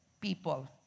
people